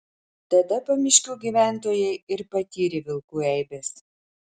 tada pamiškių gyventojai ir patyrė vilkų eibes